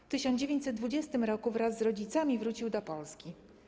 W 1920 r. wraz rodzicami wrócił do Polski.